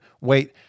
wait